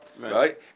right